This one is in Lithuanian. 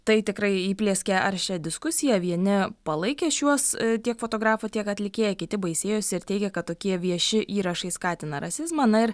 tai tikrai įplieskė aršią diskusiją vieni palaikė šiuos tiek fotografą tiek atlikėją kiti baisėjosi ir teigia kad tokie vieši įrašai skatina rasizmą na ir